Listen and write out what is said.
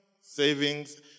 savings